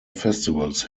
festivals